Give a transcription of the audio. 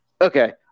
Okay